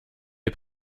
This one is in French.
est